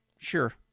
Sure